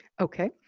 Okay